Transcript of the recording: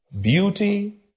beauty